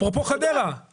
אפרופו חדרה,